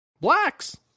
blacks